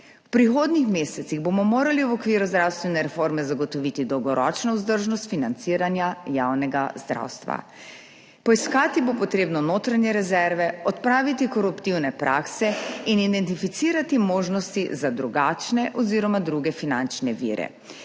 V prihodnjih mesecih bomo morali v okviru zdravstvene reforme zagotoviti dolgoročno vzdržnost financiranja javnega zdravstva, poiskati bo treba notranje rezerve, odpraviti koruptivne prakse in identificirati možnosti za drugačne oziroma druge finančne vire,